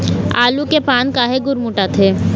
आलू के पान काहे गुरमुटाथे?